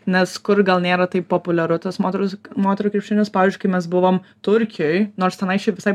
nes kur gal nėra taip populiaru tas moterų moterų krepšinis pavyzdžiui kai mes buvom turkijoj nors tenai šiaip visai